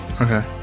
Okay